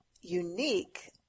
unique